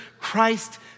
Christ